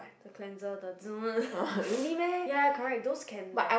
the cleanser the ya correct those can like